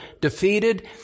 defeated